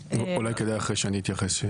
אולי כדאי אחרי שאני אתייחס.